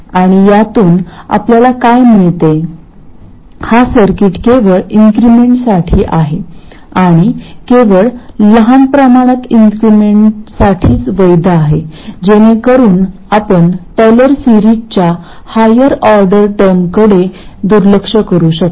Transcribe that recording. आणि यातून आपल्याला काय मिळते हा सर्किट केवळ इंक्रीमेंटसाठी आणि केवळ लहान प्रमाणात इंक्रीमेंटसाठीच वैध आहे जेणेकरून आपण टेलर सिरीजच्या हायर ऑर्डरच्या टर्मकडे दुर्लक्ष करू शकता